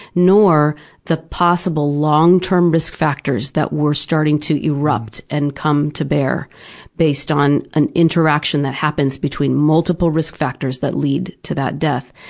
nor the possible long-term risk factors that were starting to erupt and come to bear based on an interaction that happens between multiple risk factors that lead to that death.